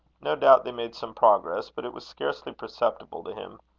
no doubt they made some progress, but it was scarcely perceptible to him.